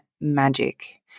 magic